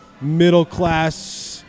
middle-class